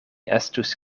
estus